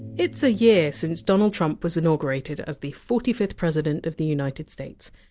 it's a year since donald trump was inaugurated as the forty fifth president of the united states.